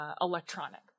electronic